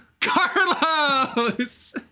carlos